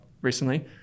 recently